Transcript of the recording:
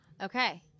Okay